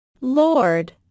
lord